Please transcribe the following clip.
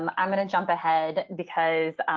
um i'm going to jump ahead because